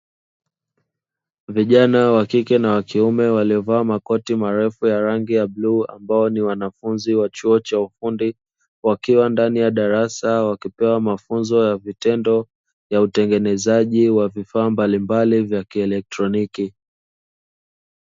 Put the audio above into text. Vijana wa kike na kiume waliovaa makoti marefu ya rangi ya bluu ambao ni wanafunzi wa chuo cha ufundi wakiwa ndani ya darasa wakipewa mafunzo ya vitendo ya utengenezaji wa vifaa mbalimbali vya kilektroniki.